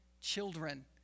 children